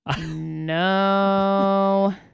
No